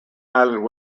island